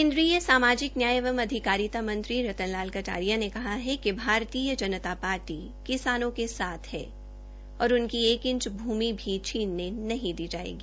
केन्द्रीय सामाजिक न्याय एवं अधिकारिता मंत्री रतन लाल कटारिया ने कहा है कि भारतीय जनता पार्टी किसानों के साथ है और उनकी एक इंच भी भूमि छीनने नहीं दी जायेगी